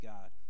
God